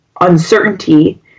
uncertainty